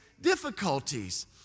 difficulties